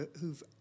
who've